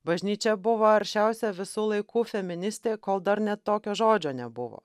bažnyčia buvo aršiausia visų laikų feministė kol dar net tokio žodžio nebuvo